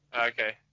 Okay